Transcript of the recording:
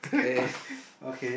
okay